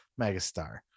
megastar